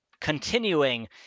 continuing